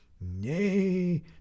Nay